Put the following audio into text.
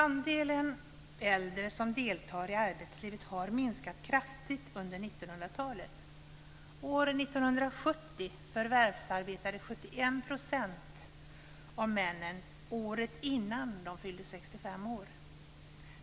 Andelen äldre som deltar i arbetslivet har minskat kraftigt under 1900-talet.